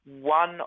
one